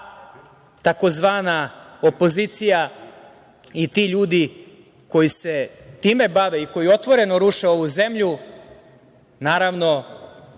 ta tzv. opozicija i ti ljudi koji se time bave i koji otvoreno ruše ovu zemlju, naravno,